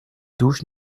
douche